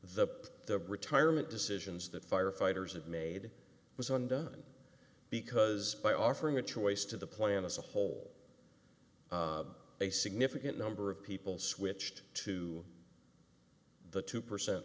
the retirement decisions that firefighters have made was undone because by offering a choice to the plan as a whole a significant number of people switched to the two percent